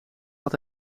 had